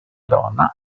donna